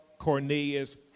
Cornelius